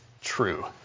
true